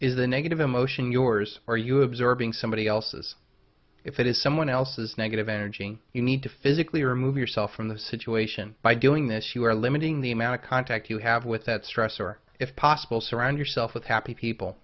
is the negative emotion yours or you observing somebody else's if it is someone else's negative energy you need to physically remove yourself from the situation by doing this you are limiting the amount of contact you have with that stress or if possible surround yourself with happy people